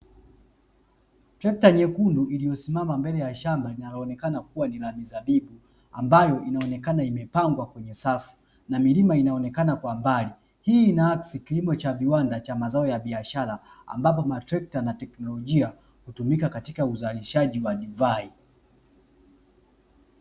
Trekta nyekundu iliyosimama mbele ya shamba linalonekana kuwa ni la mizabibu ambayo inaonekana imepangwa kwenye safu, na milima inaonekana kwa mbali. Hii inaakisi kilimo cha viwanda cha mazao ya biashara ambapo matrekta na teknolojia hutumika katika uzalishaji wa divai.